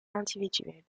individuelle